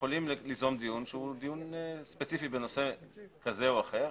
יכולים ליזום דיון בנושא ספציפי כזה או אחר,